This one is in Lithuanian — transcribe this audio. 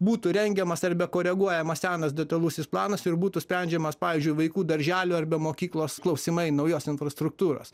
būtų rengiamas arba koreguojamas senas detalusis planas ir būtų sprendžiamas pavyzdžiui vaikų darželių arba mokyklos klausimai naujos infrastruktūros